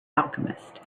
alchemist